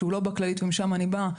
שהוא לא בכללית ומשם אני באה,